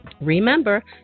Remember